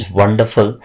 wonderful